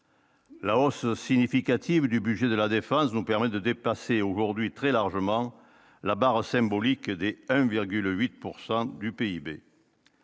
La hausse significative du budget de la défense, vous permet de dépasser aujourd'hui très largement la barre symbolique de 1,8 pourcent